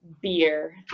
beer